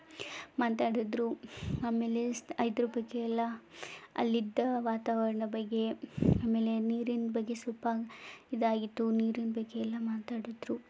ಮಾತಾಡಿದರು ಆಮೇಲೆ ಸ್ ಐದ್ರ ಬಗ್ಗೆ ಎಲ್ಲ ಅಲ್ಲಿದ್ದ ವಾತಾವರಣ ಬಗ್ಗೆ ಆಮೇಲೆ ನೀರಿನ ಬಗ್ಗೆ ಸ್ವಲ್ಪ ಇದಾಗಿತ್ತು ನೀರಿನ ಬಗ್ಗೆ ಎಲ್ಲ ಮಾತಾಡಿದರು